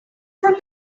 from